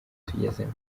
tugezemo